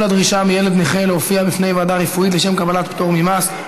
הדרישה מילד נכה להופיע בפני ועדה רפואית לשם קבלת פטור ממס),